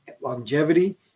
longevity